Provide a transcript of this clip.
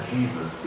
Jesus